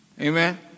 Amen